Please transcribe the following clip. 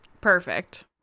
Perfect